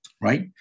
right